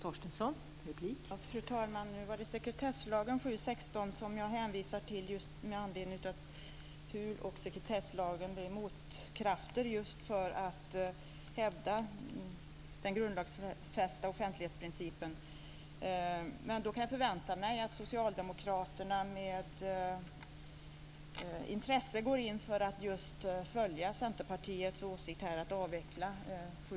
Fru talman! Nu var det sekretesslagen 7 kap. 16 § som jag hänvisade till med anledning av hur sekretesslagen just blir en motkraft för att hävda den grundlagsfästa offentlighetsprincipen. Men då kan jag förvänta mig att Socialdemokraterna med intresse går in för att just följa Centerpartiets åsikt att avveckla 7